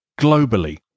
globally